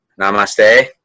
namaste